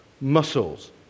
muscles